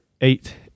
eight